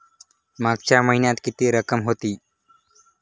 मागच्या महिन्यात किती रक्कम होती?